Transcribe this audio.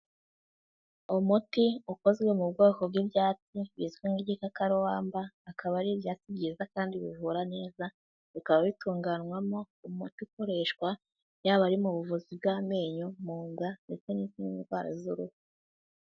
Umuti ukozwe mu bwoko bw'ibyatsi bizwi nk'igikakarubamba, akaba ari ibyatsi byiza kandi bivura neza, bikaba bitunganywamo umuti ikoreshwa yaba ari mu buvuzi bw'amenyo, mu nda ndetse n'iz'indi ndwara z'uruhu.